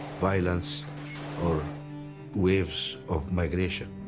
violence or waves of migration.